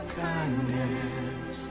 kindness